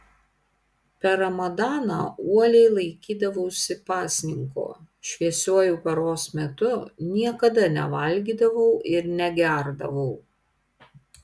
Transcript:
per ramadaną uoliai laikydavausi pasninko šviesiuoju paros metu niekada nevalgydavau ir negerdavau